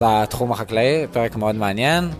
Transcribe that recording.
בתחום החקלאי, פרק מאוד מעניין.